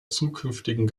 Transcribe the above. zukünftigen